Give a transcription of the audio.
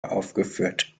aufgeführt